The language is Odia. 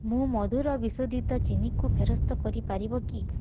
ମୁଁ ମଧୁର ବିଶୋଧିତ ଚିନିକୁ ଫେରସ୍ତ କରି ପାରିବ କି